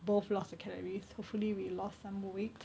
both lost the calories hopefully we lost some weight